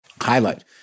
Highlight